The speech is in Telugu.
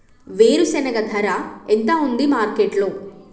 వేరుశెనగ ధర ఎంత ఉంది మార్కెట్ లో?